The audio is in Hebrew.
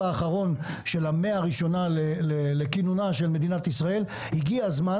האחרון של המאה הראשונה לכינונה של מדינת ישראל הגיע הזמן